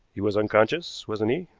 he was unconscious, wasn't he?